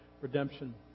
redemption